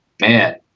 man